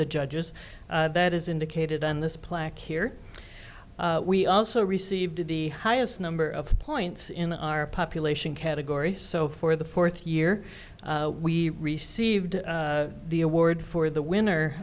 the judges that is indicated on this plaque here we also received the highest number of points in our population category so for the fourth year we received the award for the winner